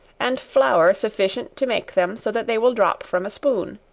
and flour sufficient to make them so that they will drop from a spoon.